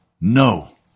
no